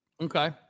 Okay